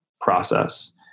process